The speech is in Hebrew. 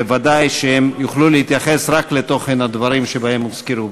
ודאי שהם יוכלו להתייחס רק לתוכן הדברים שבהם הוזכרו.